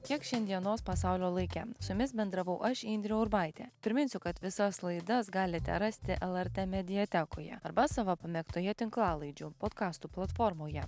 tiek šiandienos pasaulio laike su jumis bendravau aš indrė urbaitė priminsiu kad visas laidas galite rasti lrt mediatekoje arba savo pamėgtoje tinklalaidžių podkastų platformoje